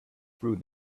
through